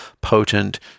potent